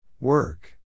Work